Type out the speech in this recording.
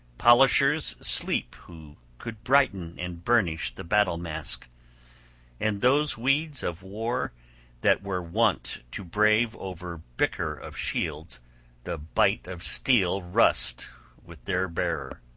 polishers sleep who could brighten and burnish the battle-mask and those weeds of war that were wont to brave over bicker of shields the bite of steel rust with their bearer.